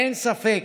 אין ספק